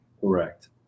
Correct